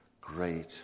great